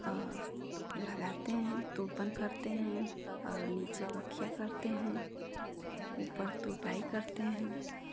और लगाते हैं तो बंद करते हैं और नीचे बखिया करते हैं ऊपर तुरपाई करते हैं